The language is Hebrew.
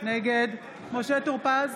נגד משה טור פז,